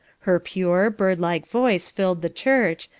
her pure, birdlike voice filled the church,